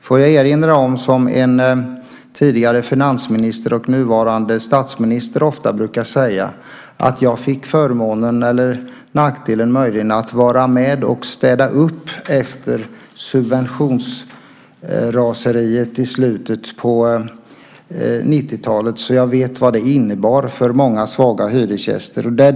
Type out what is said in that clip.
Jag vill erinra om vad en tidigare finansminister och nuvarande statsminister ofta brukar säga: Jag fick förmånen - eller möjligen nackdelen - att vara med och städa upp efter subventionsraseriet i slutet av 90-talet så jag vet vad det innebar för många svaga hyresgäster.